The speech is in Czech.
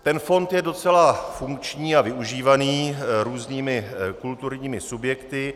Ten fond je docela funkční a využívaný různými kulturními subjekty.